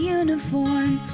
uniform